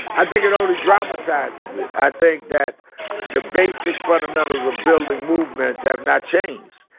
i think it only dramatizes it. i think that the basic fundamentals of building movements have not changed,